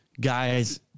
guys